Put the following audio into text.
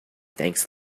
thanks